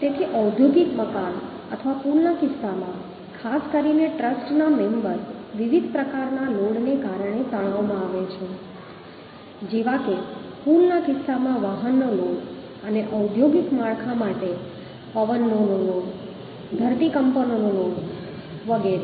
તેથી ઔદ્યોગિક મકાન અથવા પુલના કિસ્સામાં ખાસ કરીને ટ્રસ્ટના મેમ્બર વિવિધ પ્રકારના લોડને કારણે તણાવમાં આવે છે જેવા કે પુલના કિસ્સામાં વાહનનો લોડ અને ઔદ્યોગિક માળખા માટે પવનનો લોડ ધરતીકંપનો લોડ વગેરે